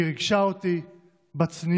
והיא ריגשה אותי בצניעות,